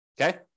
Okay